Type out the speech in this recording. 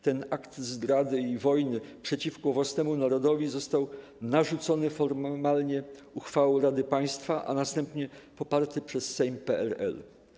Ten akt zdrady i wojny przeciwko własnemu narodowi został narzucony formalnie uchwałą Rady Państwa, a następnie poparty przez Sejm PRL.